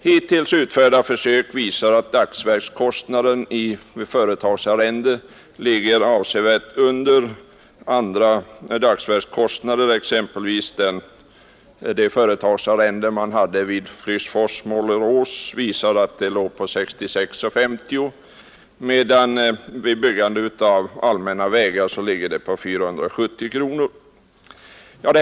Hittills utförda försök visar att dagsverkskostnaden vid företagsarrende ligger avsevärt under andra dagsverkskostnader. Exempelvis låg vid det företagsarrende man hade vid Flygsfors-Målerås dagsverkskostnaden på 66:50 kronor, medan det vid byggande av allmänna vägar ligger på 470 kronor.